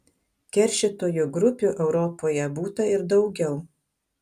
keršytojų grupių europoje būta ir daugiau